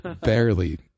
Barely